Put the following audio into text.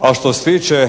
A što se